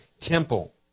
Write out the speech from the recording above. temple